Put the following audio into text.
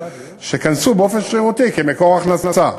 שקנסו באופן שרירותי כמקור הכנסה.